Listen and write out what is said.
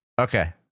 Okay